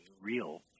real